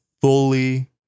fully